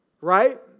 Right